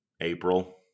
April